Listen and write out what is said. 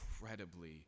incredibly